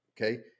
okay